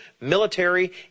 military